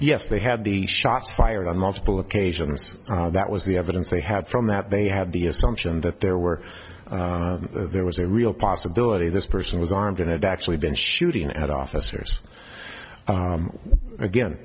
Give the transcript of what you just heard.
yes they had the shots fired on multiple occasions that was the evidence they had from that they have the assumption that there were there was a real possibility this person was armed and had actually been shooting at officers again